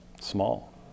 small